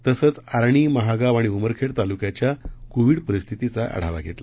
तसंच आर्णि महागाव आणि उमरखेड तालुक्याच्या कोविड परिस्थितीचा आढावा घेतला